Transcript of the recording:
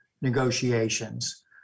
negotiations